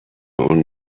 اون